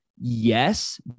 Yes